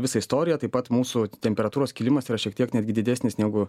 visą istoriją taip pat mūsų temperatūros kilimas yra šiek tiek netgi didesnis negu